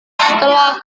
setelah